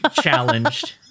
challenged